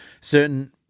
certain